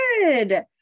Good